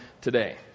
today